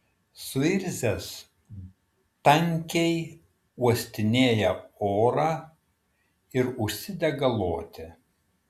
suirzęs tankiai uostinėja orą ir užsidega loti